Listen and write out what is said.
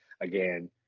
Again